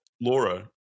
laura